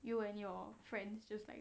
you and your friends just like